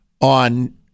on